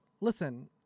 Listen